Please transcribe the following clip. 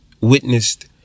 witnessed